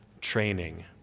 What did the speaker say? training